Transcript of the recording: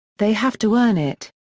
they have to earn it.